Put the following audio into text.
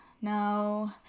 No